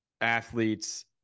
athletes